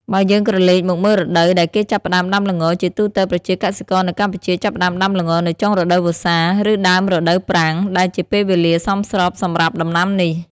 បើយើងក្រលេកមកមើលរដូវដែលគេចាប់ផ្តើមដាំល្ង ជាទូទៅ ប្រជាកសិករនៅកម្ពុជាចាប់ផ្ដើមដាំល្ងនៅចុងរដូវវស្សា ឬដើមរដូវប្រាំង ដែលជាពេលវេលាសមស្របសម្រាប់ដំណាំនេះ។